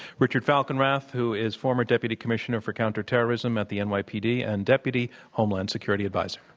richard falkenrath, who is former deputy commissioner for counterterrorism at the and nypd and deputy homeland security advisor.